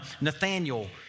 Nathaniel